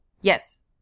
yes